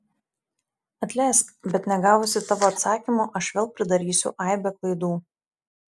atleisk bet negavusi tavo atsakymo aš vėl pridarysiu aibę klaidų